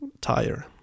tire